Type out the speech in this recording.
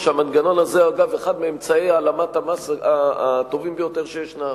המנגנון הזה הוא אחד מאמצעי העלמת המס הטובים ביותר שישנם,